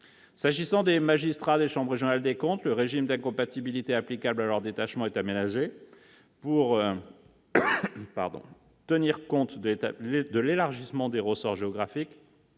S'agissant des magistrats des chambres régionales des comptes, le régime d'incompatibilité applicable à leur détachement est aménagé : pour tenir compte de l'élargissement des ressorts géographiques